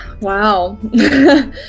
Wow